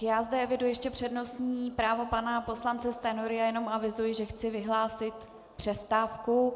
Já zde eviduji ještě přednostní právo pana poslance Stanjury, jenom avizuji, že chci vyhlásit přestávku.